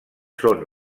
són